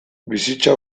bizitza